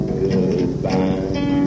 goodbye